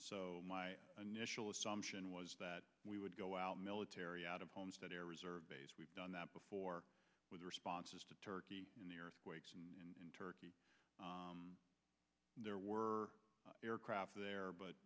so initially assumption was that we would go out military out of homestead air reserve base we've done that before with responses to turkey in the earthquakes and in turkey there were aircraft there but